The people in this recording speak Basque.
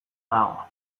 dago